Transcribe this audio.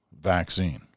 vaccine